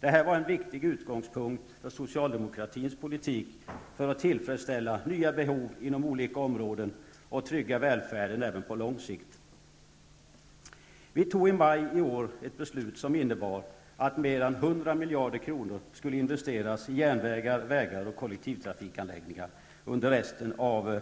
Detta var en viktig utgångspunkt för socialdemokratins politik för att tillfredsställa nya behov inom olika områden och trygga välfärden även på lång sikt. Vi fattade i maj i år ett beslut som innebar att mer än 100 miljarder kronor skulle investeras i järnvägar, vägar och kollektivtrafikanläggningar under resten av